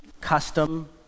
custom